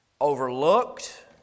overlooked